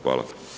Hvala.